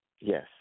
yes